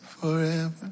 forever